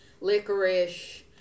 licorice